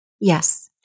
Yes